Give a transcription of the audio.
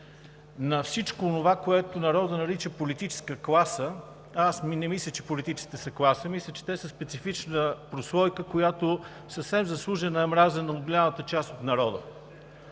на всичко онова, което народът нарича „политическа класа“. Аз не мисля, че политиците са класа, мисля, че те са специфична прослойка, която съвсем заслужено е мразена от голяма част от народа,